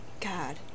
God